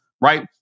right